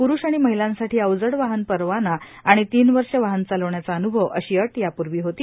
प्रुष आणि महिलांसाठी अवजड वाहन परवाना आणि तीन वर्षे वाहन चालवण्याचा अन्भव अशी अ यापूर्वी होती